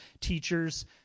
teachers